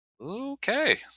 Okay